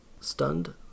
Stunned